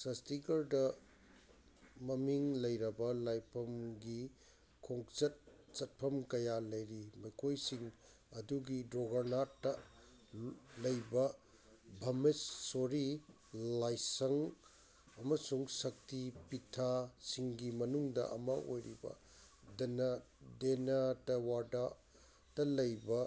ꯁꯇꯤꯒꯔꯗ ꯃꯃꯤꯡ ꯂꯩꯔꯕ ꯂꯥꯏꯐꯝꯒꯤ ꯈꯣꯡꯆꯠ ꯆꯠꯐꯝ ꯀꯌꯥ ꯂꯩꯔꯤ ꯃꯈꯣꯏꯁꯤꯡ ꯑꯗꯨꯒꯤ ꯗ꯭ꯔꯣꯒꯔꯅꯥꯠꯇ ꯂꯩꯕ ꯚꯝꯃꯦꯁꯁꯣꯔꯤ ꯂꯥꯏꯁꯪ ꯑꯃꯁꯨꯡ ꯁꯛꯇꯤ ꯄꯤꯊꯥꯁꯤꯡꯒꯤ ꯃꯅꯨꯡꯗ ꯑꯃ ꯑꯣꯏꯔꯤꯕ ꯗꯦꯅꯇꯦꯋꯥꯗ ꯂꯩꯕ